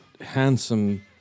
handsome